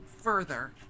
further